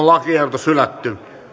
lakiehdotus hylätään